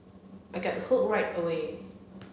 I got hooked right away